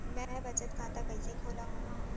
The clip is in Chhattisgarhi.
मै बचत खाता कईसे खोलव?